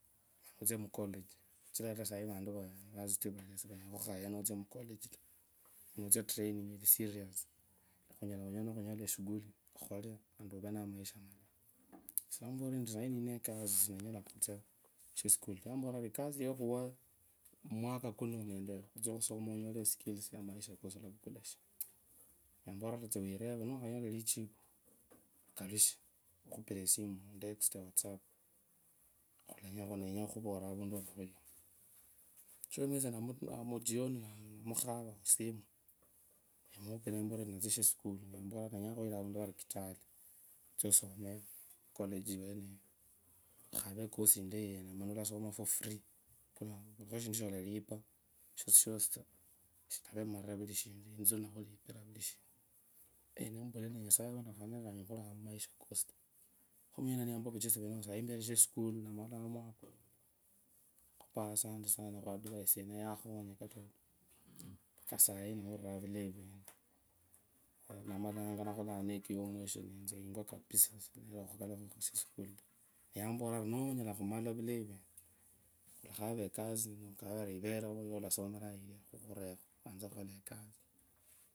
Notsia mucollage sichira ata vantu mu university siranyala khukhukhaya niwatsia mu collage taa nimutsia training onyala khunyola nimwkhanyala shughuli okholee khandi ore namaisha malayi esie ndamuvorira endi sai ninee ekasi sinanyala khutsia shesukuli taa nyamboriraa ori ekasi sinanyala khutsia shesukuli taa nyamborira ori ekasi yokhuwaa omwaka kunoo nende khutsia khusoma alavukha shina? Niyamborira ari tsiawireve niwakhanyola elijibu okalushe ukhupire simu ama utesite whatsapp nenya khukhuvorera ovundu wandakhuyira. Eweneyo okhave ecoase indayio elasoma for free shivulakho shindu sholalipa esie novaa nimarire vulishindu mutsuli ndakhulipirao. Ndovaa mwaka mupiranga sai niwurirango vulai vwene ndavalangaa ndakholanga knec yomwosho netsia yingo kapisaa neyamborera ari nonyala khuvura vulayi vwende khakhu ekasi khukhurekho.